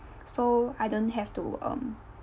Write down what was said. so I don't have to um